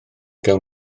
gawn